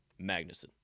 Magnuson